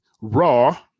raw